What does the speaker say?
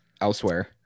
elsewhere